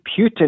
Putin